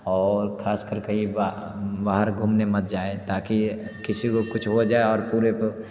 और खास कर के ये बाहर घूमने मत जाएँ ताकि ये किसी को कुछ हो जाए और पूरे